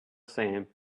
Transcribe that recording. same